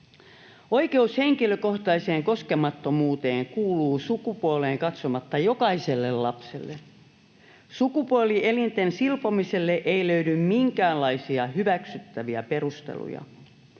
Oikeus henkilökohtaiseen koskemattomuuteen kuuluu sukupuoleen katsomatta jokaiselle lapselle. Sukupuolielinten silpomiselle ei löydy minkäänlaisia hyväksyttäviä perusteluja.